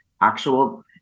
actual